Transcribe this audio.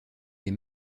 les